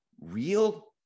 real